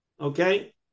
okay